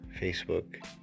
facebook